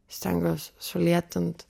stengiuos sulėtint